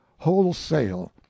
wholesale